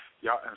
y'all